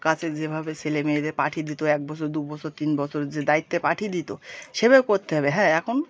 কাছে যেভাবে ছেলে মেয়েদের পাঠিয়ে দিতো এক বছর দু বছর তিন বছরের যে দায়িত্বে পাঠিয়ে দিতো সেভাবে করতে হবে হ্যাঁ এখন